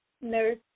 nurse